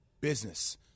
business